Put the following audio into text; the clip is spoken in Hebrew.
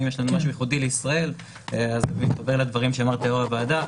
אם יש לנו משהו ייחודי לישראל אז אני מתחבר לדברי יושב-ראש הוועדה,